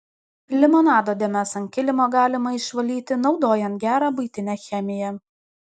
limonado dėmes ant kilimo galima išvalyti naudojant gerą buitinę chemiją